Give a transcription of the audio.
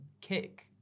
kick